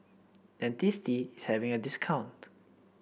Dentiste is having a discount